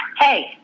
Hey